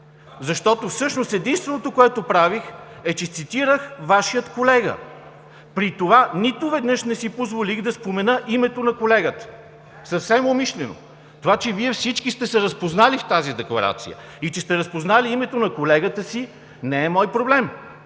защото всъщност единственото, което правих, е, че цитирах Вашия колега. При това нито веднъж не си позволих да спомена името на колегата, съвсем умишлено. Това, че всички сте се разпознали в тази декларация и че сте разпознали името на колегата си, не е мой проблем.